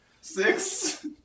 Six